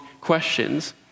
questions